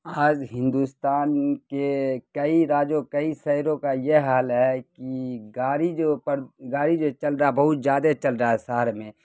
آج ہندوستان کے کئی راجیوں کئی شہروں کا یہ حال ہے کی گاڑی جو اوپر گاڑی جو چل رہا ہے بہت زیادہ چل رہا ہے شہر میں